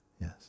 yes